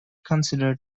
considered